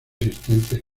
existentes